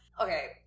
Okay